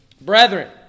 Brethren